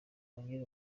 wongere